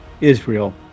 Israel